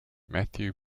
matthew